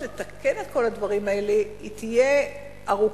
והדרך לתקן את כל הדברים האלה תהיה ארוכה,